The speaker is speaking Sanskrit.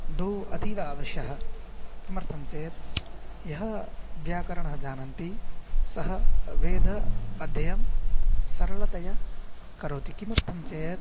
दो अतीव आवश्यकं किमर्थं चेत् यः व्याकरणं जानन्ति सः वेदाध्ययनं सरलतया करोति किमर्थं चेत्